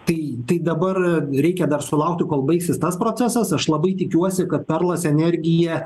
tai tai dabar reikia dar sulaukti kol baigsis tas procesas aš labai tikiuosi kad perlas energija